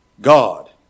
God